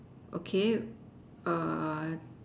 okay err